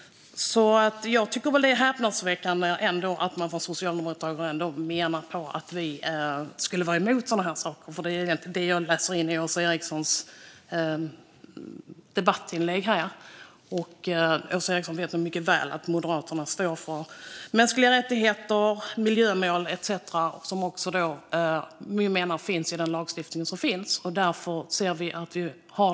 Det som är häpnadsväckande är att Socialdemokraterna menar att vi skulle vara emot sådana här saker, för det är vad jag läser in i Åsa Erikssons debattinlägg. Åsa Eriksson vet mycket väl att Moderaterna står för mänskliga rättigheter, miljömål etcetera, något som vi också menar finns i den lagstiftning vi redan har.